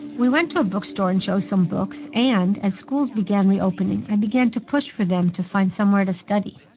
we went to a bookstore and chose some books. and as schools began reopening, i began to push for them to find somewhere to study.